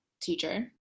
Teacher